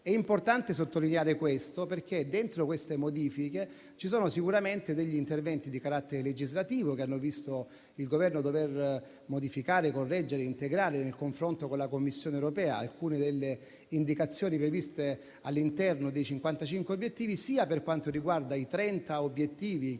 È importante sottolineare ciò, perché dentro tali modifiche ci sono sicuramente degli interventi di carattere legislativo che hanno visto il Governo dover modificare, correggere, integrare, nel confronto con la Commissione europea, alcune delle indicazioni previste all'interno dei cinquantacinque obiettivi, per quanto riguarda sia i trenta obiettivi che